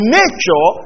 nature